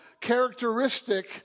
characteristic